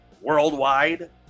worldwide